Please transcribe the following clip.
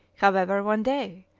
however, one day,